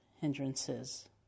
hindrances